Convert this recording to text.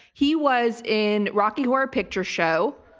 he was in rocky horror picture show,